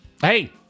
Hey